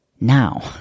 Now